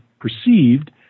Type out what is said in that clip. perceived